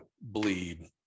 bleed